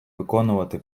виконувати